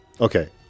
okay